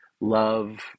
love